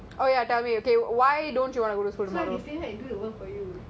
you still want me to do the work for you